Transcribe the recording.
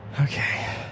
Okay